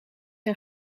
een